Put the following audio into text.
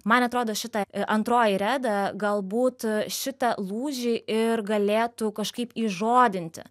man atrodo šita antroji reda galbūt šitą lūžį ir galėtų kažkaip įžodinti